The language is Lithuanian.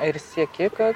ir sieki kad